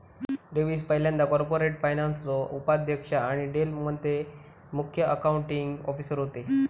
Davis पयल्यांदा corporate फायनान्सचो उपाध्यक्ष आणि डेल मध्ये मुख्य अकाउंटींग ऑफिसर होते